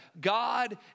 God